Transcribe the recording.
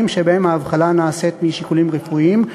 שבהם ההבחנה נעשית משיקולים רפואיים.